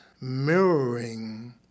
mirroring